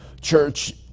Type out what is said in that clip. church